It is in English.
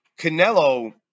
Canelo